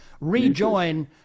rejoin